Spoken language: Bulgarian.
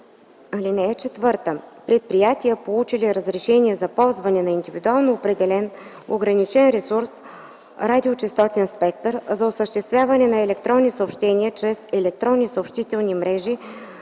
и 5: „(4) Предприятия, получили разрешение за ползване на индивидуално определен ограничен ресурс-радиочестотен спектър, за осъществяване на електронни съобщения чрез електронни съобщителни мрежи